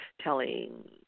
telling